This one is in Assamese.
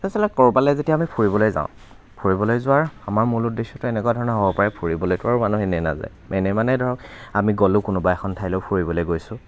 আচলতে ক'ৰবালৈ যেতিয়া আমি ফুৰিবলৈ যাওঁ ফুৰিবলৈ যোৱাৰ আমাৰ মূল উদ্দেশ্যটো এনেকুৱা ধৰণৰ হ'ব পাৰে ফুৰিবলৈটো আৰু মানুহ এনেই নাযায় এনেই মানে ধৰক আমি গ'লোঁ কোনোবা এখন ঠাইলৈ ফুৰিবলৈ গৈছোঁ